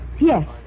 Yes